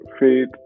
faith